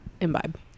Imbibe